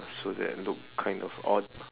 so that looked kind of odd